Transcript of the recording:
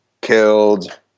killed